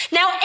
Now